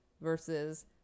versus